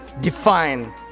define